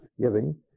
giving